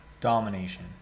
Domination